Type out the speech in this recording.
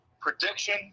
Prediction